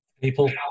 People